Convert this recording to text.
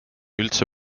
üldse